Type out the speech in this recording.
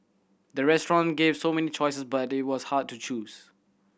the restaurant gave so many choices that it was hard to choose